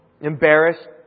embarrassed